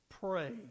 Pray